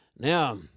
Now